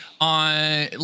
on